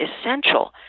essential